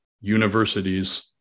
universities